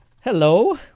Hello